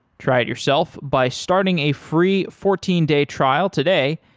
try it yourself by starting a free fourteen day trial today.